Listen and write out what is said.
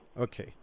Okay